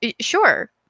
sure